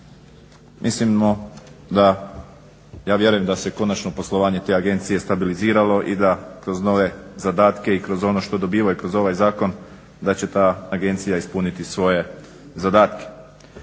Mislimo da ja vjerujem da se konačno poslovanje te agencije stabiliziralo i da kroz nove zadatke i kroz ono što dobivaju kroz ovaj zakon da će ta agencija ispuniti svoje zadatke.